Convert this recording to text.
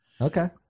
Okay